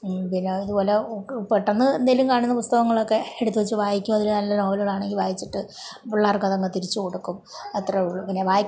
പിന്നെ ഇതുപോലെ പെട്ടെന്ന് എന്തേലും കാണുന്ന പുസ്തകങ്ങളൊക്കെ എടുത്ത് വച്ച് വായിക്കും അതില് നല്ല നോവലുകളാണെങ്കിൽ വായിച്ചിട്ട് പിള്ളേർക്കതങ്ങ് തിരിച്ച് കൊടുക്കും അത്രയെ ഉള്ളു പിന്നെ വായിക്കാൻ